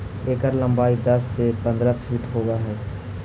एकर लंबाई दस से पंद्रह फीट होब हई